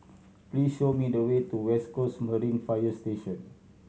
please show me the way to West Coast Marine Fire Station